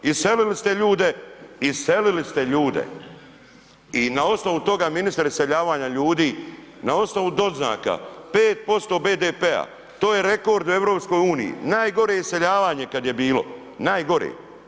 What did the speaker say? Iselili ste ljude, iselili ste ljude i na osnovu toga ministre iseljavanja ljudi, na osnovu doznaka 5% BDP-a to je rekord u EU, najgore iseljavanje kada je bilo, najgore.